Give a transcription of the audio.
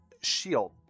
shield